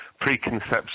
preconceptions